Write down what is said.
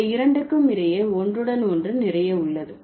இந்த இரண்டுக்கும் இடையே ஒன்றுடன் ஒன்று நிறைய உள்ளது